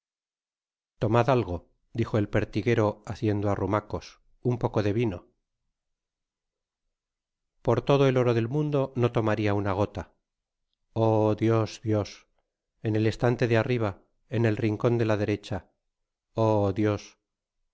tomad algo dijo el pertiguero habiendo arrumacos un poce de tino por todo el oro del mundo no tomaria una gota o dtosf dios en el estante de arriba en el rincon de la derecha o dios al